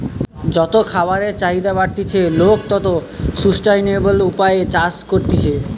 যত খাবারের চাহিদা বাড়তিছে, লোক তত সুস্টাইনাবল উপায়ে চাষ করতিছে